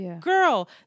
girl